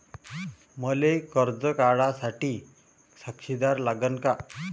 मले कर्ज काढा साठी साक्षीदार लागन का?